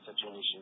situation